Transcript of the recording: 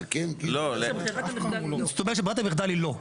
זאת אומרת שברירת המחדל היא כן.